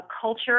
culture